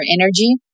energy